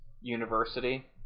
university